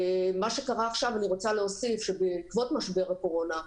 אני רוצה להוסיף שבעקבות משבר הקורונה,